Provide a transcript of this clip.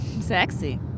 Sexy